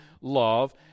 love